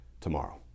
tomorrow